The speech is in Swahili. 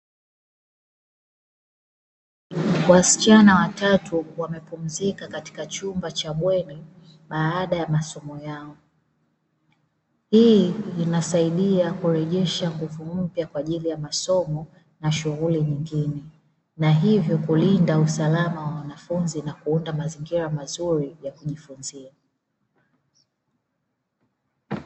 Wasichana watatu wamepumzika katika chumba cha bweni baada ya masomo yao, hii inasaidia kurejesha nguvu mpya kwa ajili ya masomo na shughuli nyingine na hivyo kulinda usalama wa wanafunzi na kuunda mazingira mazuri ya kujifunzia.